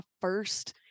first